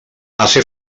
ase